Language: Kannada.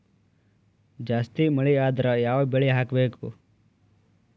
ಜಾಸ್ತಿ ಮಳಿ ಆದ್ರ ಯಾವ ಬೆಳಿ ಹಾಕಬೇಕು?